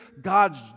God's